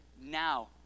now